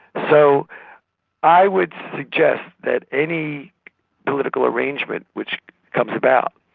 so i would suggest that any political arrangement which comes about,